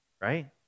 Right